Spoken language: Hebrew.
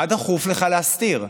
מה דחוף לך להסתיר?